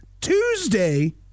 Tuesday